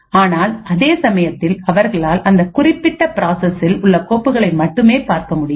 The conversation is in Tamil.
ஆனால் அதே சமயத்தில் அவர்களால் அந்த குறிப்பிட்ட பிராசஸசில் உள்ள கோப்புகளை மட்டுமே பார்க்க முடியும்